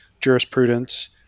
jurisprudence